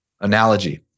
analogy